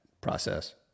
process